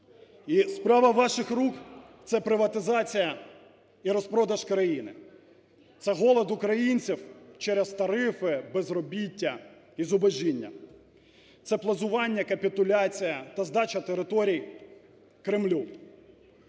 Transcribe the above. справа ваших рук – це приватизація і розпродаж країни, це голод українців через тарифи, безробіття і зубожіння, це плазування, капітуляція та здача територій Кремлю.